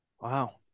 Wow